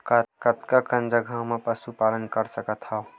कतका कन जगह म पशु पालन कर सकत हव?